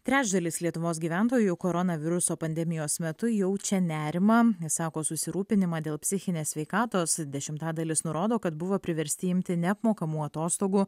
trečdalis lietuvos gyventojų koronaviruso pandemijos metu jaučia nerimą išsako susirūpinimą dėl psichinės sveikatos dešimtadalis nurodo kad buvo priversti imti neapmokamų atostogų